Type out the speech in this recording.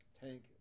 tank